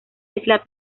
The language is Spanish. isla